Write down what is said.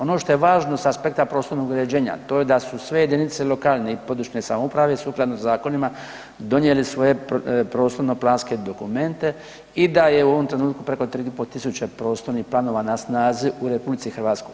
Ono što je važno s aspekta prostornog uređenja to je da su sve jedinice lokalne i područne samouprave sukladno zakonima donijeli svoje prostorno planske dokumente i da je u ovom trenutku preko 3500 prostornih planova na snazi u RH.